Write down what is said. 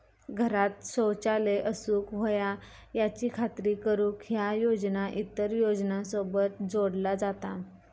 घरांत शौचालय असूक व्हया याची खात्री करुक ह्या योजना इतर योजनांसोबत जोडला जाता